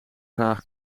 graag